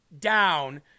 down